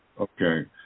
Okay